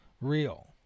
real